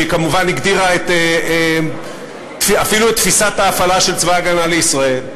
שהגדירה כמובן אפילו את תפיסת ההפעלה של צבא ההגנה לישראל,